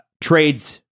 trades